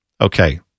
Okay